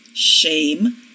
Shame